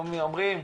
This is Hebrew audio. איך אומרים?